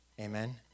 Amen